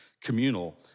communal